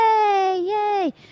Yay